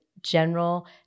General